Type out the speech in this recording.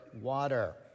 water